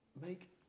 Make